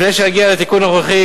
לפני שאגיע לתיקון הנוכחי,